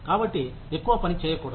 కాబట్టి ఎక్కువ పని చేయకూడదు